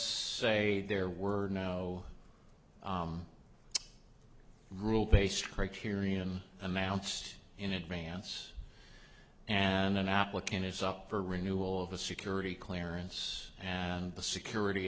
say there were no rule based criterion amounts in advance and an applicant is up for renewal of a security clearance and the security